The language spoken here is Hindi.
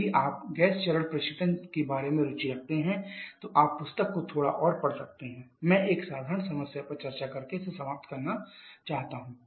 यदि आप गैस चरण प्रशीतन के बारे में रुचि रखते हैं तो आप पुस्तकों को थोड़ा और पढ़ सकते हैं मैं एक साधारण समस्या पर चर्चा करके इसे समाप्त करना चाहता हूं